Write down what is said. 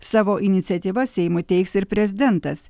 savo iniciatyva seimui teiks ir prezidentas